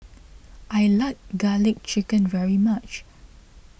I like Garlic Chicken very much